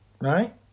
Right